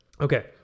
Okay